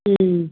ம்